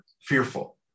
fearful